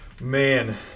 Man